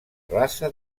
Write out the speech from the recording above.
raça